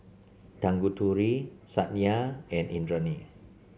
Tanguturi Satya and Indranee